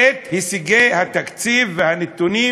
את הישגי התקציב והנתונים